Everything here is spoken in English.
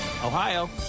Ohio